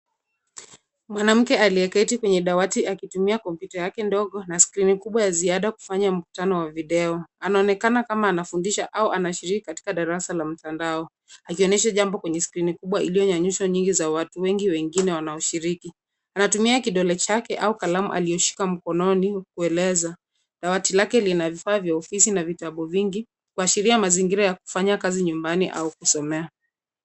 Mwanamke aliyeketi kwenye dawati akitumia kompyuta yake ndogo na skrini kubwa ya ziada kufanya mkutano wa video. Anaonekana kama anafundisha au anashiriki katika darasa la mtandao. Akionyesha jambo kwenye skrini kubwa iliyonyanyushwa nyinyi za watu wengi wengine wanaoshiriki. Anatumia kidole chake au kalamu aliyoshika mkononi kueleza. Dawati lake lina vifaa vya ofisi na vitabu vingi kuashiria mazingira ya kufanyia kazi nyumbani au kusomea.